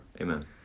Amen